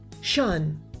shun